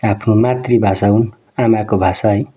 आफ्नो मातृभाषा हुन् आमाको भाषा है